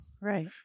Right